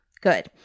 good